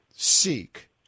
seek